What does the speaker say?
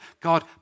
God